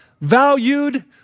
valued